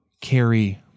carry